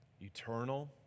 eternal